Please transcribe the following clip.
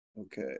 Okay